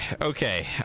Okay